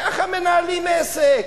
ככה מנהלים עסק,